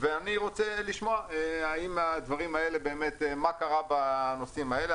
ואני רוצה לשמוע מה קרה בנושאים האלה,